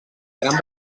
gran